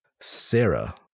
Sarah